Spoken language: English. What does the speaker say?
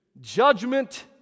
Judgment